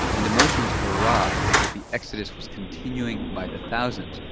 and emotions were raw because the exodus was continuing by the thousands,